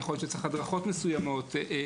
אולי אפשר למצוא פתרון אחר,